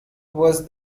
was